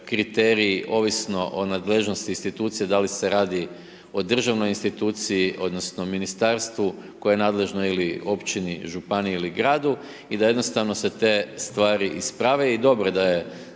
kriteriji ovisno o nadležnosti institucija da li se radi o državnoj instituciji odnosno ministarstvu koje je nadležno ili općini, županiji ili gradu i da jednostavno se te stvari isprave. I dobro je